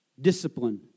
Discipline